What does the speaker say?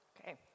Okay